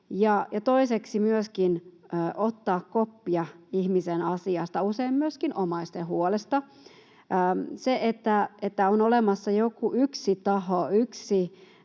se, että myöskin otetaan koppia ihmisen asiasta, usein myöskin omaisten huolesta. Se, että on olemassa joku yksi taho, yksi